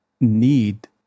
need